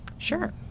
Sure